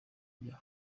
ajya